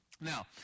Now